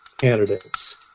candidates